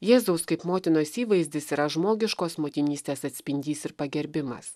jėzaus kaip motinos įvaizdis yra žmogiškos motinystės atspindys ir pagerbimas